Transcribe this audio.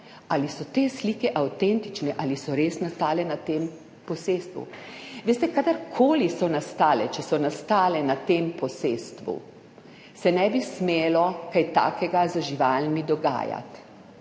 ali so te slike avtentične, ali so res nastale na tem posestvu. Veste, kadarkoli so nastale, če so nastale na tem posestvu, se ne bi smelo kaj takega z živalmi dogajati